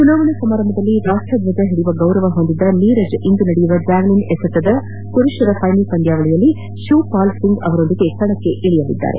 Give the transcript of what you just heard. ಉದ್ಘಾಟನಾ ಸಮಾರಂಭದಲ್ಲಿ ರಾಷ್ಟ್ಜಜ ಹಿಡಿಯುವ ಗೌರವ ಹೊಂದಿದ್ದ ನೀರಜ್ ಇಂದು ನಡೆಯಲಿರುವ ಜಾವಲಿನ್ ಎಸೆದತ ಪುರುಷರ ಫೈನಲ್ ಪಂದ್ಯಾವಳಿಯಲ್ಲಿ ಶಿವಪಾಲ್ ಸಿಂಗ್ ಅವರೊಂದಿಗೆ ಕಣಕ್ಕಳಿಯಲಿದ್ದಾರೆ